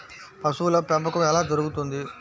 పశువుల పెంపకం ఎలా జరుగుతుంది?